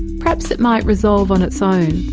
perhaps it might resolve on its own.